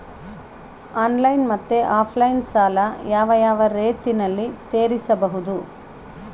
Online ಮತ್ತೆ offline ಸಾಲ ಯಾವ ಯಾವ ರೇತಿನಲ್ಲಿ ತೇರಿಸಬಹುದು?